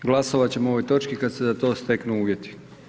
Glasovat ćemo ovoj točki kad se za to steknu uvjeti.